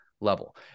level